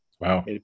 Wow